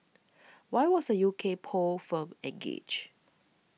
why was a U K poll firm engaged